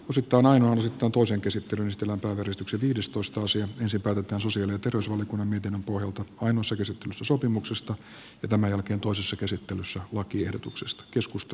osittain aina sitoutuu sen käsittelystä lampaan ensin päätetään sosiaali ja terveysvaliokunnan mietinnön pohjalta ainoassa käsittelyssä sopimuksesta ja sitten toisessa käsittelyssä lakiehdotuksesta keskusta